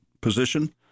position